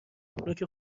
نوک